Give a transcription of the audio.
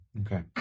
Okay